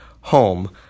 home